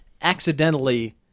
accidentally